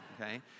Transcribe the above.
okay